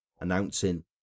announcing